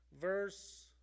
verse